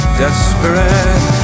desperate